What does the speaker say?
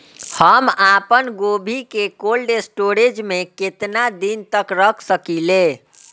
हम आपनगोभि के कोल्ड स्टोरेजऽ में केतना दिन तक रख सकिले?